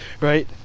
right